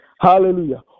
Hallelujah